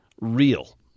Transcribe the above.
real